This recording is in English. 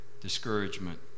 discouragement